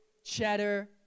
Cheddar